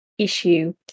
Issue